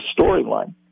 storyline